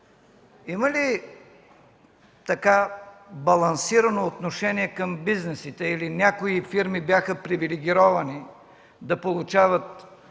има ли балансирано отношение към бизнеса, или някои фирми бяха привилегировани да получават